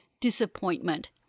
disappointment